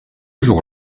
jour